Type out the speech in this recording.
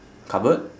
cupboard